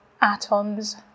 atoms